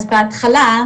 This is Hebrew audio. אז בהתחלה,